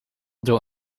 door